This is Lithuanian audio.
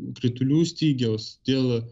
krotulių stygiaus dėl